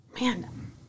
man